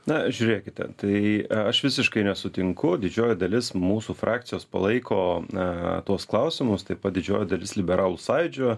na žiūrėkite tai aš visiškai nesutinku didžioji dalis mūsų frakcijos palaiko na tuos klausimus taip pat didžioji dalis liberalų sąjūdžio